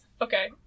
Okay